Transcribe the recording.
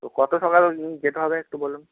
তো কত সকাল যেতে হবে একটু বলুন